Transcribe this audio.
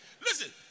listen